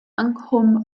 nghwm